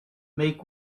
make